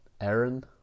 Aaron